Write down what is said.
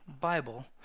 bible